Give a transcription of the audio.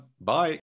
Bye